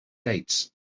dates